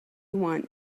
want